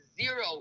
Zero